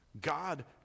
God